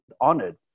honored